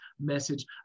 message